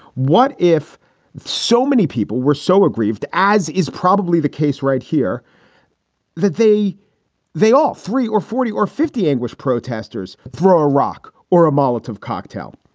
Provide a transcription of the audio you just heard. what if so many people were so aggrieved as is probably the case right here that they they all three or forty or fifty anguished protesters throw a rock or a molotov cocktail?